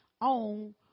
on